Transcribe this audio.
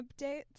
updates